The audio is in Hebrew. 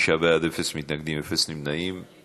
תשעה בעד, אין מתנגדים, אין נמנעים.